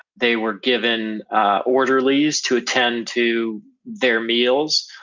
they were given orderlies to attend to their meals,